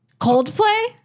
Coldplay